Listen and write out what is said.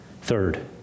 Third